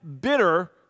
bitter